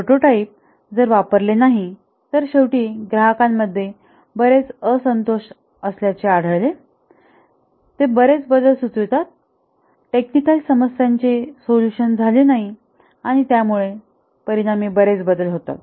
prototype जर वापरले नाही तर शेवटी ग्राहकांमध्ये बरेच असंतोष असल्याचे आढळले ते बरेच बदल सुचवतात टेक्निकल समस्यांचे सोल्युशन झाले नाही आणि त्यामुळे परिणामी बरेच बदल होतात